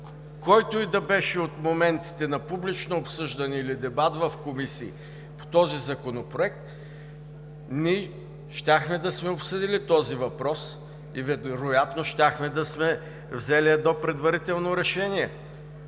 който и да беше от моментите на публично обсъждане или дебат в комисии по този законопроект, щяхме да сме обсъдили този въпрос и вероятно щяхме да сме взели едно предварително решение.